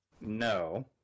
No